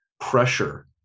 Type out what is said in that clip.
pressure